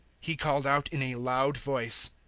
he called out in a loud voice,